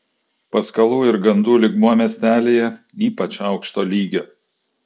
paskalų ir gandų lygmuo miestelyje ypač aukšto lygio